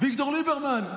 אביגדור ליברמן?